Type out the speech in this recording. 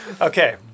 Okay